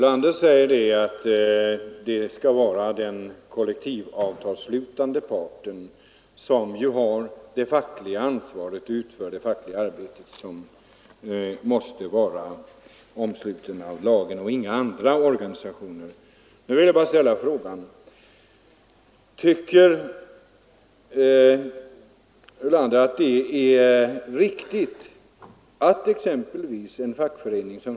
Herr talman! Herr Ulander säger att den kollektivavtalsslutande parten, som har det fackliga ansvaret och utför det fackliga arbetet, måste vara den som omsluts av lagen och inga andra organisationer. Nu vill jag bara ställa en fråga till herr Ulander.